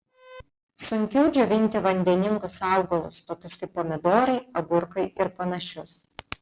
sunkiau džiovinti vandeningus augalus tokius kaip pomidorai agurkai ir panašius